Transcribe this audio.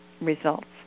results